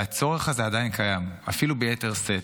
והצורך הזה עדיין קיים, אפילו ביתר שאת.